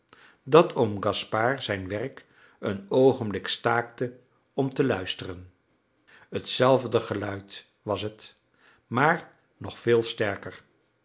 dat oom gaspard zijn werk een oogenblik staakte om te luisteren hetzelfde geluid was het maar nog veel sterker